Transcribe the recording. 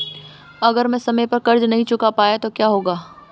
अगर मैं समय पर कर्ज़ नहीं चुका पाया तो क्या होगा?